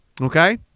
Okay